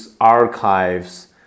archives